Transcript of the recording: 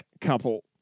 couple